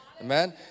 Amen